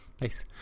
Nice